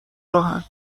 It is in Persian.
راهن